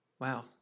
Wow